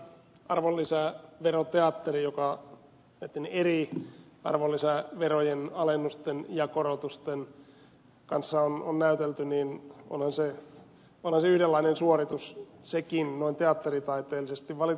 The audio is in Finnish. kyllähän tämä arvonlisäveroteatteri joka näitten eri arvonlisäverojen alennusten ja korotusten kanssa on näytelty yhdenlainen suoritus on sekin noin teatteritaiteellisesti